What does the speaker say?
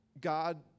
God